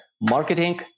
marketing